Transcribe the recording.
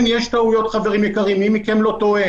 כן, יש טעויות, חברים יקרים, מי מכם לא טועה?